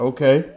Okay